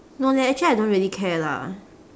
no leh actually I don't really care lah